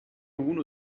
uno